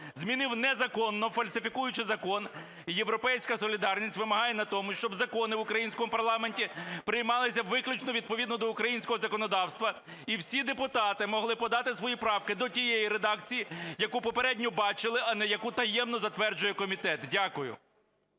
Змінив незаконно, фальсифікуючи закон. І "Європейська солідарність" вимагає на тому, щоб закони в українському парламенті приймались виключно відповідно до українського законодавства і всі депутати могли подати свої правки до тієї редакції, яку попередньо бачили, а не яку таємно затверджує комітет. Дякую.